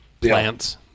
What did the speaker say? plants